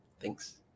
Thanks